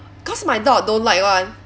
cause my dog don't like [one]